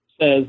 says